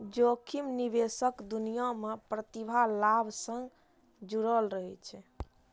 जोखिम निवेशक दुनिया मे प्रतिलाभ सं जुड़ल रहै छै